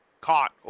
caught